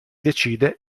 decide